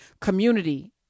community